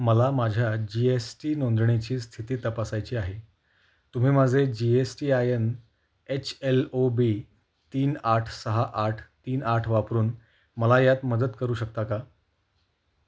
मला माझ्या G S T नोंदणीची स्थिती तपासायची आहे तुम्ही माझे G S T I N H L O B तीन आठ सहा आठ तीन आठ वापरून मला यात मदत करू शकता का